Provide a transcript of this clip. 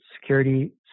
security